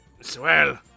swell